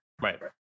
Right